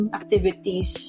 activities